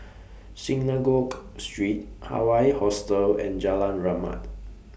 Synagogue Street Hawaii Hostel and Jalan Rahmat